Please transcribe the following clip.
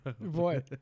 Boy